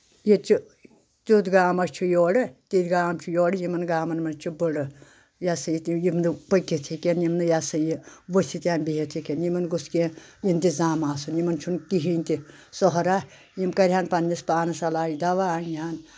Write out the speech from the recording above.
ییٚتہِ چھُ تیُتھ گاما چھُ یورٕ تِتھۍ گام چھُ یورٕ یِمن گامن منٛز چھِ بٔڑٕ یہِ ہسا یہِ یِم نہٕ پٔکِتھ ہیٚکن یِم نہٕ یہِ ہسا یہِ ؤچھِتھھ یا بِہِتھ ہؠکن یِمن گوٚژھ کینٛہہ اِنتظام آسُن یِمن چھُنہٕ کِہیٖنۍ تہِ سہرا یِم کرِہن پنٕنِس پانَسس علاج دۄہ اَنہن